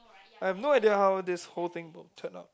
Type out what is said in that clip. I have no idea how this whole thing will turn out